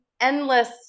endless